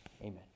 Amen